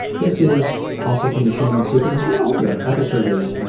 this is also from the shame and secrets i think all the all the surveys